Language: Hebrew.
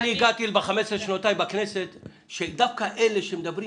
אני הבנתי ב-15 שנותיי בכנסת שדווקא אלה שמדברים